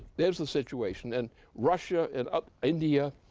there's the situation. and russia, and india,